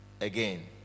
again